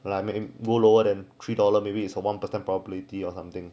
well I'm more lower than three dollar maybe it's a one percent probability or something